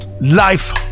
life